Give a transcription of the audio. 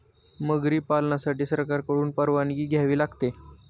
मगरी पालनासाठी सरकारकडून परवानगी घ्यावी लागते